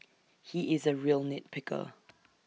he is A real nit picker